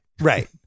Right